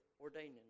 ordaining